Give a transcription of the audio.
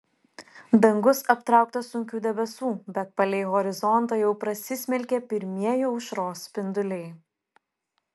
dangus aptrauktas sunkių debesų bet palei horizontą jau prasismelkė pirmieji aušros spinduliai